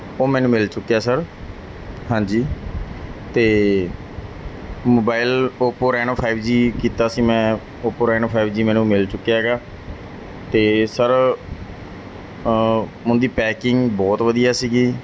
ਉਹ ਮੈਨੂੰ ਮਿਲ ਚੁੱਕਿਆ ਸਰ ਹਾਂਜੀ ਅਤੇ mobile Oppo Reno five G ਕੀਤਾ ਸੀ ਮੈਂ ਓਪੋ ਰੈਨੋ ਫਾਈਵ ਜੀ ਮੈਨੂੰ ਮਿਲ ਚੁੱਕਿਆ ਹੈਗਾ ਅਤੇ ਸਰ ਉਹਦੀ ਪੈਕਿੰਗ ਬਹੁਤ ਵਧੀਆ ਸੀਗੀ